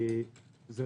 זה